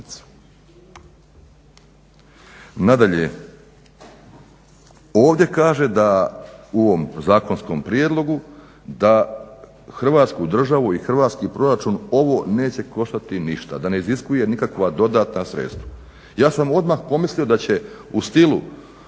Nadalje, ovdje kaže u ovom zakonskom prijedlogu da Hrvatsku državu i hrvatski proračun ovo neće koštati ništa, da ne iziskuje nikakva dodatna sredstva. Ja sam odmah pomislio da će u stilu